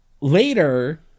later